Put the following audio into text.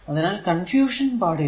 അതിനാൽ കൺഫ്യൂഷൻ പാടില്ല